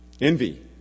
envy